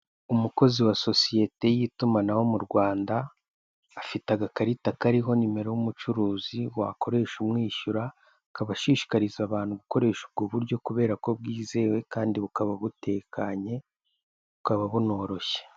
Umukozi wa sosiyete y'itumanaho mu Rwanda afite agakarita kariho nimero y'umucuruzi wakoresha umwishyura akaba ashishikariza abantu gukoresha ubwo buryo kubera ko bwizewe kandi bukaba butekanye bukaba bunoroshye.